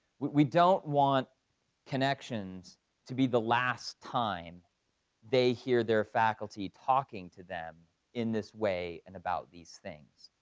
we don't want connections to be the last time they hear their faculty talking to them in this way and about these things.